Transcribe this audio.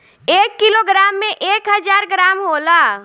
एक किलोग्राम में एक हजार ग्राम होला